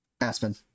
Aspen